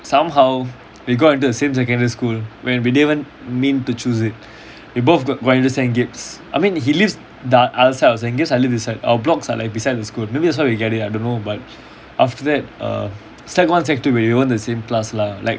somehow we got into the same secondary school when we didn't even mean to choose it we both got into saint gab's I mean he lives the other side of saint gab's I live this side our blocks are like beside the school maybe that's how we get it I don't know but after that err sec one sec two we weren't the same class lah like